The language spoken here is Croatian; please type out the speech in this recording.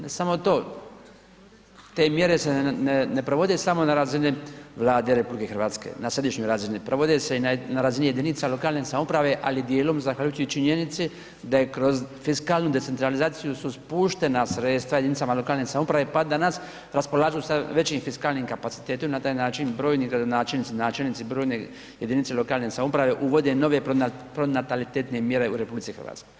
Ne samo to, te mjere se ne provode samo na razini Vlade RH, na središnjoj razini, provode se i na razini jedinica lokalne samouprave ali djelom zahvaljujući i činjenici da je kroz fiskalnu decentralizaciju su spuštena sredstva jedinicama lokalne samouprave pa danas raspolažu sa većim fiskalnim kapacitetom i na taj način brojni gradonačelnici i načelnici, brojne jedinice lokalne samouprave uvode nove pronatalitetne mjere u RH.